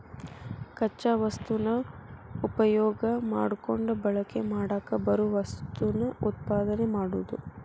ಕಚ್ಚಾ ವಸ್ತುನ ಉಪಯೋಗಾ ಮಾಡಕೊಂಡ ಬಳಕೆ ಮಾಡಾಕ ಬರು ವಸ್ತುನ ಉತ್ಪಾದನೆ ಮಾಡುದು